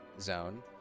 zone